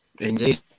indeed